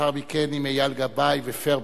ולאחר מכן עם אייל גבאי ופראוור,